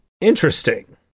Interesting